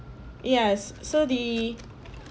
yes so the